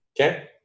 Okay